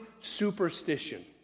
superstition